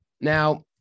Now